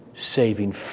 saving